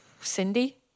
Cindy